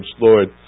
Lord